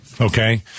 Okay